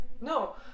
no